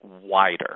wider